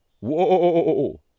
whoa